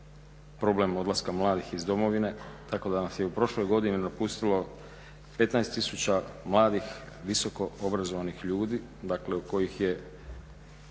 problem odlaska mladih iz domovine tako da nas je u prošloj godini napustilo 15 tisuća mladih visokoobrazovanih ljudi, od kojih je